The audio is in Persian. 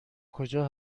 کجا